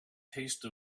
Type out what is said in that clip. taste